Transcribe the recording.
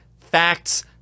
facts